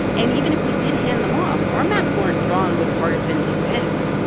and even if we did hand them off, our maps weren't drawn with partisan intent.